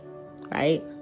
Right